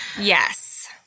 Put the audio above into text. Yes